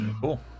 Cool